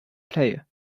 player